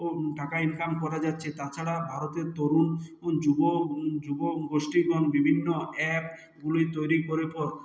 ও টাকা ইনকাম করা যাচ্ছে তাছাড়া ভারতের তরুণ উন যুবক যুবক গোষ্ঠী এখন বিভিন্ন অ্যাপ গুলি তৈরি করে পর